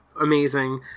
amazing